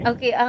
Okay